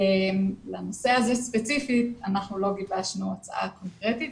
לנושא הזה ספציפית לא גיבשנו הצעה קונקרטית.